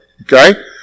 Okay